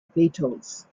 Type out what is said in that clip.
beetles